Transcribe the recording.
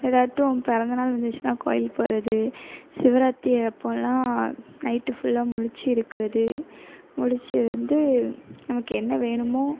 ஏதாட்டும் பிறந்தநாள் வந்துச்சுன்னா கோவிலுக்கு போகிறது சிவராத்திரி அப்போதுலாம் நைட்டு ஃபுல்லாக முழிச்சி இருக்கிறது முழிச்சி இருந்து நமக்கு என்ன வேணுமோ